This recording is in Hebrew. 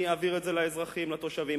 אני אעביר את זה לאזרחים, לתושבים.